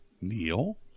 Neil